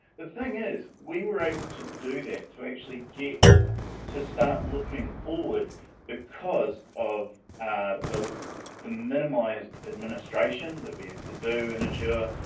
the thing is, we were able to do that to actually get to start looking forward because of the the minimized administration that we have to do in azure.